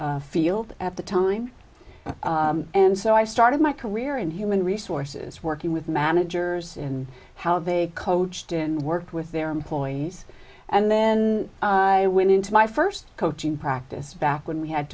new field at the time and so i started my career in human resources working with managers in how they coached in work with their employees and then i went into my first coaching practice back when we had